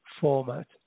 format